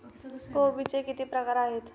कोबीचे किती प्रकार आहेत?